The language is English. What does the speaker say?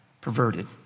Perverted